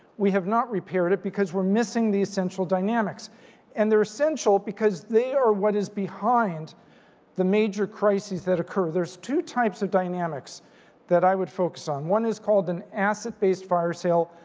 we have not repaired it because we're missing the essential dynamics and they're essential because they are what is behind the major crises that occur. there's two types of dynamics that i would focus on. one is called an asset-based fire sale,